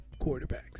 quarterbacks